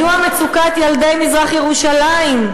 מדוע מצוקת ילדי מזרח-ירושלים,